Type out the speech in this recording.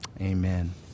Amen